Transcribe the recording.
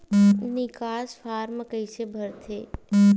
निकास फारम कइसे भरथे?